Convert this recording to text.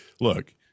look